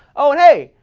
oh and hey,